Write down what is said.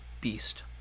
beast